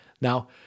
Now